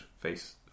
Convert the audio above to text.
face